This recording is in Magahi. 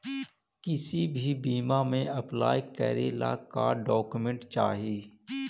किसी भी बीमा में अप्लाई करे ला का क्या डॉक्यूमेंट चाही?